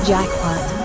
Jackpot